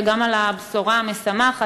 וגם על הבשורה המשמחת,